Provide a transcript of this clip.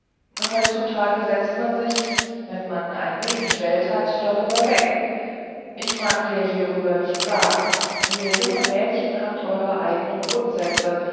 heutzutage setzt man sich wenn man ein wenig welt hat darüber weg ich mag dir hierüber nichts sagen ihr jungen mädchen habt eure eigenen grundsätze